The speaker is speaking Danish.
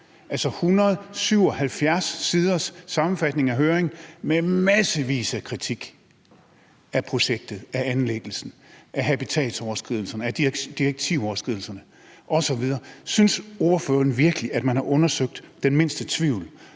altså 177 siders sammenfatning af høring med massevis af kritik af projektet, af anlæggelsen, af habitatsoverskridelserne, af direktivoverskridelserne osv. Synes ordføreren virkelig, at man har undersøgt den mindste tvivl,